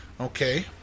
Okay